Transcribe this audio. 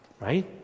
Right